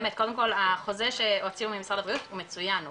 באמת קודם כל החוזר שהוציאו ממשרד הבריאות הוא מצוין,